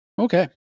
Okay